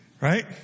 Right